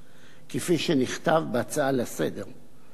כפי שנכתב בהצעה לסדר-היום.